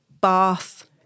bath